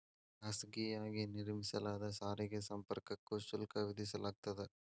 ಖಾಸಗಿಯಾಗಿ ನಿರ್ಮಿಸಲಾದ ಸಾರಿಗೆ ಸಂಪರ್ಕಕ್ಕೂ ಶುಲ್ಕ ವಿಧಿಸಲಾಗ್ತದ